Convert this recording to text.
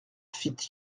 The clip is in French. fit